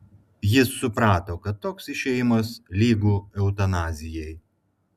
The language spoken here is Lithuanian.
jis suprato kad toks išėjimas lygu eutanazijai